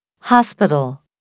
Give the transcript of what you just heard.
Hospital